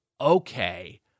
okay